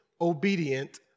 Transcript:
obedient